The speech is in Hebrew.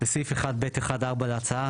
בסעיף 1(ב1)(4) להצעה,